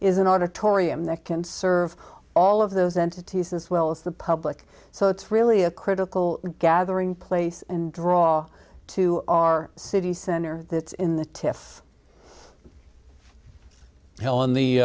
an auditorium that can serve all of those entities as well as the public so it's really a critical gathering place and draw to our city center in the tiff helen the